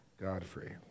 Godfrey